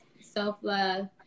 Self-love